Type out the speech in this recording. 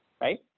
right